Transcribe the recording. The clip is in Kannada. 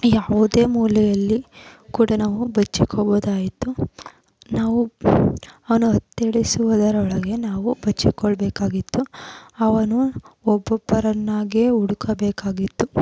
ಯಾವುದೇ ಮೂಲೆಯಲ್ಲಿ ಕೂಡ ನಾವು ಬಚ್ಚಿಟ್ಕೋಬೋದಾಗಿತ್ತು ನಾವು ಅವನು ಹತ್ತು ಎಣಿಸುದರೊಳಗೆ ನಾವು ಬಚ್ಚಿಟ್ಕೊಳ್ಬೇಕಾಗಿತ್ತು ಅವನು ಒಬ್ಬೊಬ್ಬರನ್ನಾಗೇ ಹುಡುಕಬೇಕಾಗಿತ್ತು